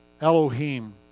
Elohim